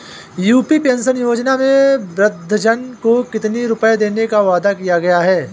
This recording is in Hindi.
यू.पी पेंशन योजना में वृद्धजन को कितनी रूपये देने का वादा किया गया है?